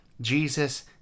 Jesus